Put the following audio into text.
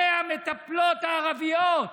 אלה המטפלות הערביות.